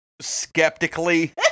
skeptically